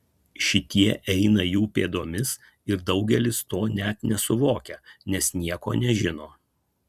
šitie eina jų pėdomis ir daugelis to net nesuvokia nes nieko nežino